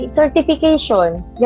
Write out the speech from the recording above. certifications